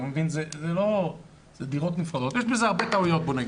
יש בזה הרבה טעויות.